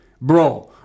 Bro